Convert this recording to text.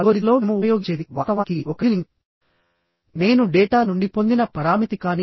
అవి బ్రిడ్జెస్ లో vehicle load మరియు విండ్ లోడ్